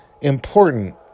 important